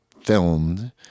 Filmed